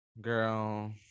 Girl